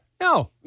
No